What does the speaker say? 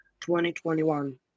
2021